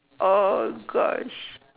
oh gosh